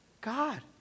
God